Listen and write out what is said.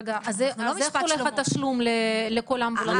רגע, אז איך הולך התשלום לכל האמבולנסים?